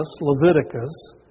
Leviticus